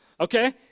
Okay